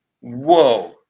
whoa